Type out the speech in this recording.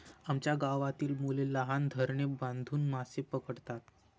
आमच्या गावातील मुले लहान धरणे बांधून मासे पकडतात